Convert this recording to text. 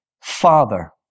father